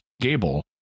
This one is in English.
Gable